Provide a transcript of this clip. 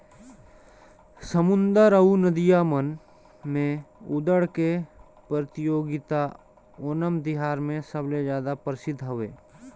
समुद्दर अउ नदिया मन में दउड़ के परतियोगिता ओनम तिहार मे सबले जादा परसिद्ध हवे